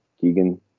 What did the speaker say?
Keegan